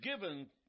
given